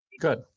Good